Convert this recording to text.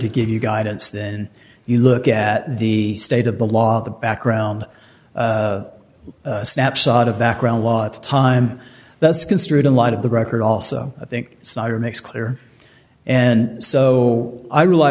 to give you guidance then you look at the state of the law the background snapshot of background law at the time that's construed in light of the record also i think snyder makes clear and so i rely